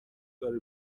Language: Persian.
داره